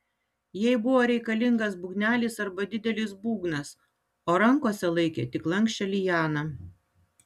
jai buvo reikalingas būgnelis arba didelis būgnas o rankose laikė tik lanksčią lianą